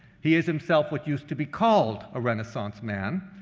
he is himself what used to be called a renaissance man,